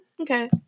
okay